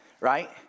right